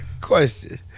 Question